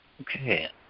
Okay